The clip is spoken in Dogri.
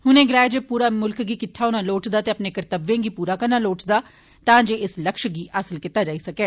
उनें गलाया जे पूरे मुल्ख गी किट्ठा होने लोड़चदा ते अपने कर्तव्ये गी पूरा करना लोड़चदा तां जे इस लक्ष्य गी हासिल कीता जाई सकै